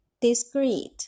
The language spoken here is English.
discreet